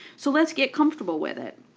so let's get comfortable with it.